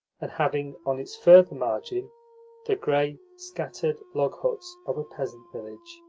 and having on its further margin the grey, scattered log huts of a peasant village.